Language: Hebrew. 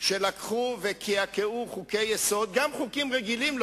שלקחו וקעקעו חוקי-יסוד, גם לא חוקים רגילים.